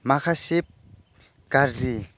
माखासो गाज्रि